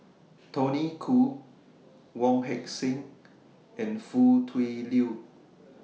Tony Khoo Wong Heck Sing and Foo Tui Liew